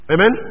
Amen